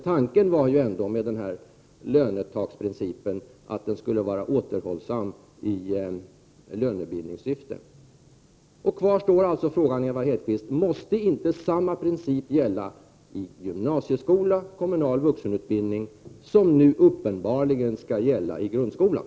Tanken med lönetaksprincipen var ändå att den skulle verka återhållande i lönebildningshänseende. Kvar står frågan, Ewa Hedkvist Petersen: Måste inte samma princip gälla för gymnasieskola och kommunal vuxenutbildning som nu uppenbarligen skall gälla för grundskolan?